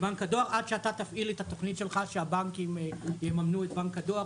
עד שאתה תפעיל את התכנית שלך שהבנקים יממנו את בנק הדואר,